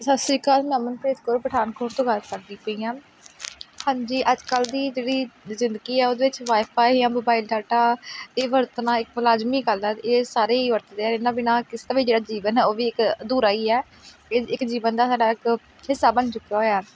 ਸਤਿ ਸ਼੍ਰੀ ਅਕਾਲ ਮੈਂ ਅਮਨਪ੍ਰੀਤ ਕੌਰ ਪਠਾਨਕੋਟ ਤੋਂ ਗੱਲ ਕਰਦੀ ਪਈ ਹਾਂ ਹਾਂਜੀ ਅੱਜ ਕੱਲ੍ਹ ਦੀ ਜਿਹੜੀ ਜ਼ਿੰਦਗੀ ਆ ਉਹਦੇ ਵਿੱਚ ਵਾਏਫਾਏ ਜਾਂ ਮੋਬਾਇਲ ਡਾਟਾ ਇਹ ਵਰਤਣਾ ਇੱਕ ਲਾਜ਼ਮੀ ਗੱਲ ਹੈ ਅਤੇ ਇਹ ਸਾਰੇ ਹੀ ਵਰਤਦੇ ਹੈ ਇਹਨਾਂ ਬਿਨਾਂ ਕਿਸੇ ਦਾ ਵੀ ਜਿਹੜਾ ਜੀਵਨ ਆ ਉਹ ਵੀ ਇੱਕ ਅਧੂਰਾ ਹੀ ਹੈ ਇਹ ਇੱਕ ਜੀਵਨ ਦਾ ਸਾਡਾ ਇੱਕ ਹਿੱਸਾ ਬਣ ਚੁੱਕਾ ਹੋਇਆ